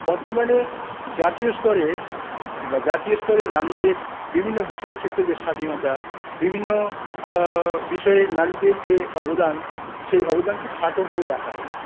বর্তমানে জাতীয় স্তরে বা জাতীয় স্তরের নারীদের বিভিন্ন বিষয়ের ক্ষেত্রে যে স্বাধীনতা বিভিন্ন বিষয়ে নারীদের যে অবদান সেই অবদানকে খাটো করে দেখা হয়েছে